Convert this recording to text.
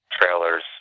trailers